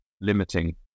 limiting